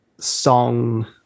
song